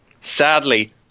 Sadly